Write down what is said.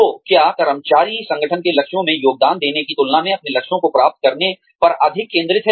तो क्या कर्मचारी संगठन के लक्ष्यों में योगदान देने की तुलना में अपने लक्ष्यों को प्राप्त करने पर अधिक केंद्रित है